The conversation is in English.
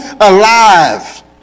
alive